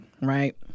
right